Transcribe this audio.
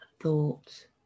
thought